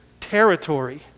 territory